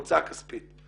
הוצאה כספית.